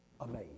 amazed